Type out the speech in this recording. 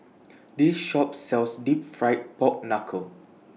This Shop sells Deep Fried Pork Knuckle